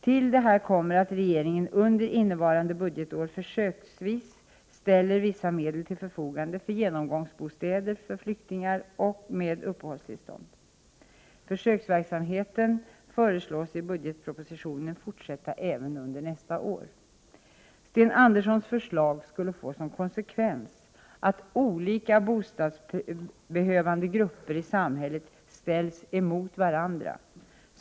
Till detta kommer att regeringen under innevarande budgetår försöksvis ställer vissa medel till förfogande för genomgångsbostäder för flyktingar med uppehållstillstånd. Försöksverksamheten föreslås i budgetpropositionen fortsätta även under nästa år. Sten Anderssons förslag skulle få som konsekvens att olika bostadsbehövande grupper i samhället ställs mot varandra.